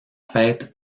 fête